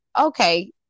okay